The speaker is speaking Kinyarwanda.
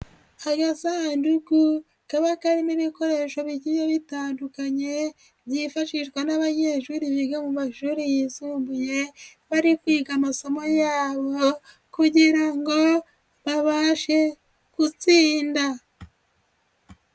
Agasanduku kaba karimo ibikoresho bigiye bitandukanye, byifashishwa n'abanyeshuri biga mu mashuri yisumbuye, bari kwiga amasomo yabo kugira ngo babashe gutsinda.